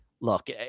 look